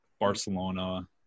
Barcelona